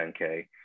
10K